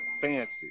Fancy